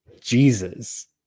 Jesus